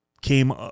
came